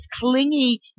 clingy